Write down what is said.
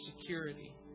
security